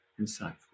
insightful